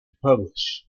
publish